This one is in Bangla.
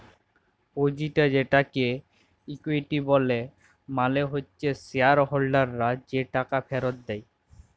পুঁজিটা যেটাকে ইকুইটি ব্যলে মালে হচ্যে শেয়ার হোল্ডাররা যে টাকা ফেরত দেয়